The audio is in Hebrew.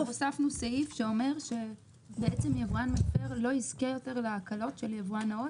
סעיף שאומר שבעצם יבואן מפר לא יזכה יותר להקלות של יבואן נאות.